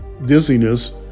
dizziness